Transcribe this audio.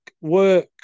work